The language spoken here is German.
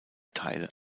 teile